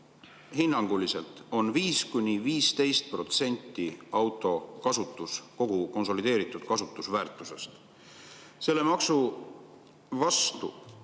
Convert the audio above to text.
hinnanguliselt 5–15% auto kogu konsolideeritud kasutusväärtusest. Selle maksu vastu